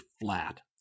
flat